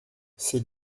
c’est